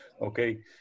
Okay